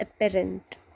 apparent